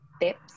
tips